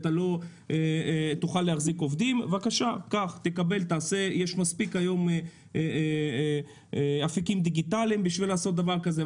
יש היום מספיק אפיקים דיגיטליים בשביל לעשות דבר כזה.